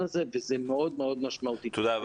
הזה וזה מאוד מאוד משמעותי -- תודה רבה.